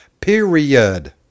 Period